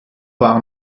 war